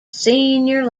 senior